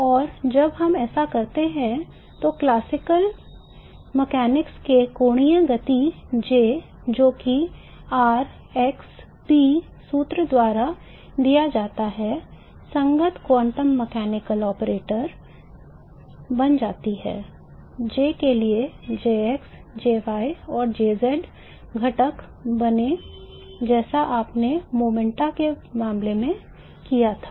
और जब हम ऐसा करते हैं तो क्लासिकल यांत्रिकी में कोणीय गति J जो कि r x p सूत्र द्वारा दिया जाता है संगत क्वांटम मैकेनिकल ऑपरेटर बन जाती है J के लिए Jx Jy और Jz घटक बनें जैसे आपने मोमेंटा के मामले में किया था